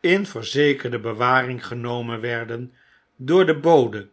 in verzekerde bewaring genomen werden door den bode